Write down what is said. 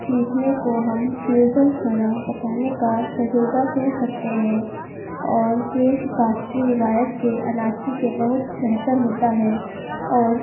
سیکھنے کو ہم فیوزن کھانا پکانے کا تجربہ کہہ سکتے ہیں اور یہ ثقافتی رویت کے عناصر کے بہت بہتر ہوتا ہے اور